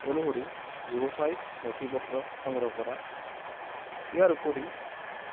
অনুসৰি ব্যৱসায়িক নথি পত্ৰ সংগ্ৰহ কৰা ইয়াৰ উপৰি